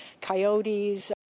coyotes